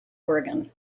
oregon